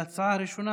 ההצעה הראשונה,